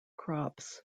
crops